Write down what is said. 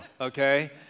okay